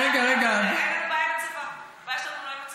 הבעיה שלנו היא לא עם הדובר.